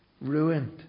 Ruined